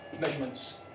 measurements